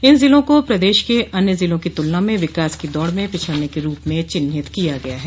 इन जिलों को प्रदेश के अन्य जिलों की तुलना में विकास की दौड़ में पिछड़ने के रूप में चिन्हित किया गया है